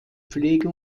pflege